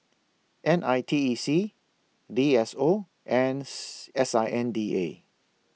N I T E C D S O and S I N D A